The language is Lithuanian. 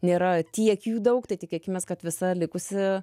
nėra tiek jų daug tai tikėkimės kad visa likusi